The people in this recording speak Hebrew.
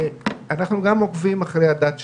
אנחנו גם עוקבים אחרי הדת שלהם,